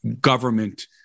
government